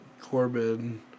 Corbin